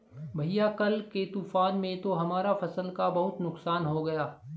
भैया कल के तूफान में तो हमारा फसल का बहुत नुकसान हो गया